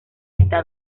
está